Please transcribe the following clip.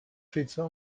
پیتزا